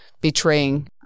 betraying